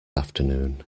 afternoon